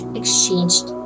exchanged